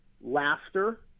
laughter